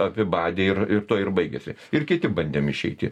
apibadė ir ir tuo ir baigėsi ir kiti bandėm išeiti